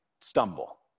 stumble